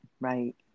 Right